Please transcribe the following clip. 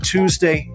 Tuesday